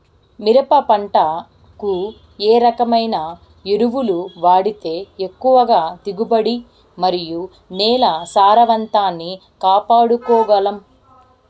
మిరప పంట కు ఏ రకమైన ఎరువులు వాడితే ఎక్కువగా దిగుబడి మరియు నేల సారవంతాన్ని కాపాడుకోవాల్ల గలం?